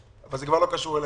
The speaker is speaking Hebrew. אבל זה כבר לא קשור אליכם.